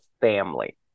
family